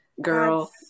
girl